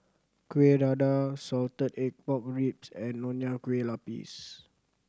Kuih Dadar salted egg pork ribs and Nonya Kueh Lapis